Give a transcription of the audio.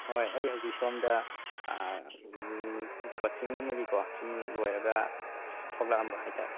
ꯍꯣꯏ ꯑꯩ ꯍꯧꯖꯤꯛ ꯁꯣꯝꯗ ꯀꯣꯆꯤꯡ ꯑꯃꯒꯤꯀꯣ ꯁꯨꯝ ꯂꯣꯏꯔꯒ ꯊꯣꯛꯂꯛꯑꯝꯕ ꯍꯥꯏꯇꯥꯔꯦ